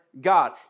God